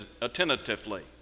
attentively